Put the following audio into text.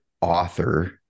author